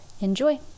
Enjoy